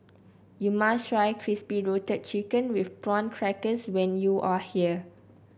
you must try Crispy Roasted Chicken with Prawn Crackers when you are here